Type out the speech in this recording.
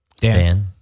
Dan